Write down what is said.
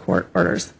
court orders